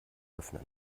öffnen